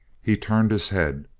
he turned his head.